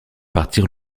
partir